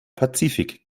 pazifik